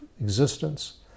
existence